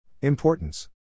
Importance